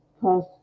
cause